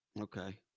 Okay